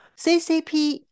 CCP